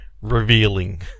revealing